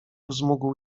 wzmógł